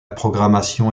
programmation